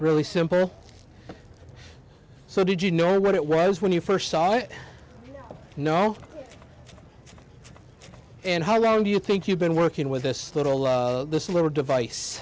really simple so did you know what it was when you first saw it i know and how long do you think you've been working with this little this little device